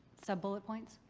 sub-bullet points?